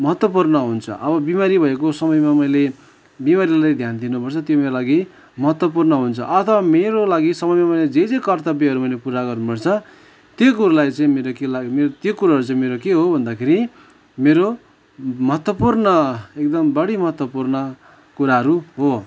महत्त्वपूर्ण हुन्छ अब बिमारी भएको समयमा मैले बिमारीलाई ध्यान दिनुपर्छ त्यो मेरो लागि महत्त्वपूर्ण हुन्छ अथवा मेरो लागि समयमा मैले जे जे कर्तव्यहरू मैले पुरा गर्नुपर्छ त्यो कुरोलाई चाहिँ मेरो केलाई मेरो त्यो कुरोहरू चाहिँ मेरो के हो भन्दाखेरि मेरो महत्त्वपूर्ण एकदम बढी महत्त्वपूर्ण कुराहरू हो